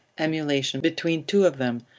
emulation, between two of them,